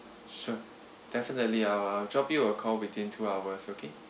sure definitely uh I'll drop you a call within two hours okay